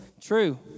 True